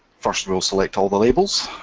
first we'll select all the labels.